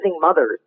mothers